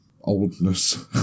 oldness